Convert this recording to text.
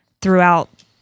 throughout